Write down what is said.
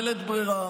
בלית ברירה,